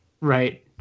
right